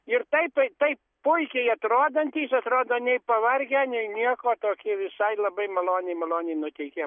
ir taip tai taip puikiai atrodantys atrodo nei pavargę nei nieko tokie visai labai maloniai maloniai nuteikia